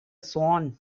swan